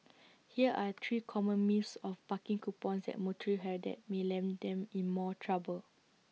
here are three common myths of parking coupons that motorists have that may land them in more trouble